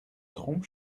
trompe